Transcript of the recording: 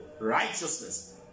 righteousness